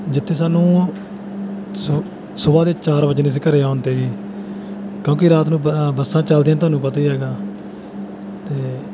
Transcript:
ਜਿੱਥੇ ਸਾਨੂੰ ਸੁਬ ਸੁਬਹਾ ਦੇ ਚਾਰ ਵੱਜਨੇ ਸੀ ਘਰ ਆਉਣ 'ਤੇ ਜੀ ਕਿਉਂਕਿ ਰਾਤ ਨੂੰ ਬੱਸਾਂ ਚੱਲਦੀਆਂ ਨਹੀਂ ਤੁਹਾਨੂੰ ਪਤਾ ਹੀ ਹੈਗਾ ਅਤੇ